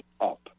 up